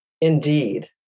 Indeed